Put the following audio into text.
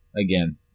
again